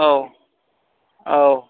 औ औ